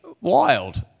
Wild